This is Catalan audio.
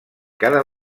cada